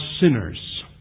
sinners